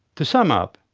to sum up,